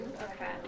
Okay